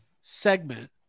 segment